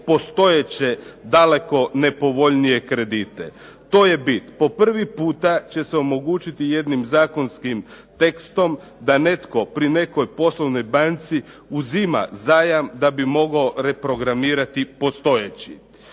postojeće daleko nepovoljnije kredite. To je bit. Po prvi puta će se omogućiti jednim zakonskim tekstom da netko pri nekoj poslovnoj banci uzima zajam da bi mogao reprogramirati postojeći.